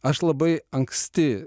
aš labai anksti